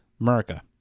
America